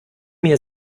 mir